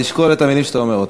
תשקול את המילים שאתה אומר.